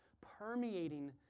permeating